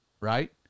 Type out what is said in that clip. right